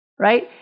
Right